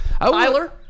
Tyler